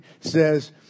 says